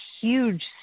huge